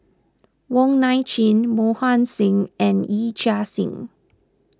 Wong Nai Chin Mohan Singh and Yee Chia Hsing